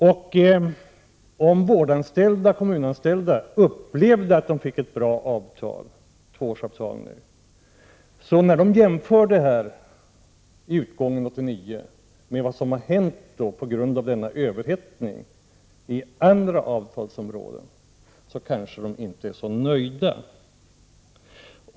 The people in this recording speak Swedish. Om vårdanställda och andra kommunanställda upplevde att de fick ett bra tvåårsavtal kanske de, när de vid utgången av 1989 jämför det med vad som hänt på grund av överhettningen inom andra avtalsområden, inte kommer att vara så nöjda.